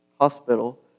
hospital